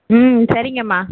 ம் சரிங்கம்மா